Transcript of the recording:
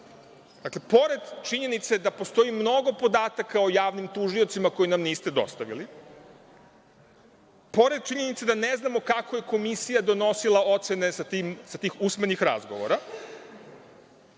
Dakle, pored činjenice da postoji mnogo podataka o javnim tužiocima koji nam niste dostavili, pored činjenice da ne znamo kako je komisija donosila ocene sa tih usmenih razgovora. Bilo